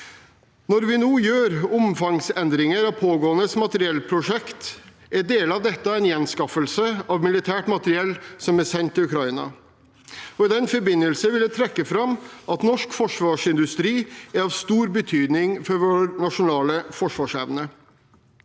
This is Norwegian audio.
Når vi nå gjør omfangsendringer av pågående materiellprosjekter, er deler av dette en gjenanskaffelse av militært materiell som er sendt til Ukraina. I den forbindelse vil jeg trekke fram at norsk forsvarsindustri er av stor betydning for vår nasjonale forsvarsevne.